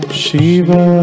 Shiva